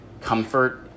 comfort